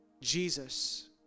Jesus